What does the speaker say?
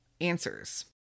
answers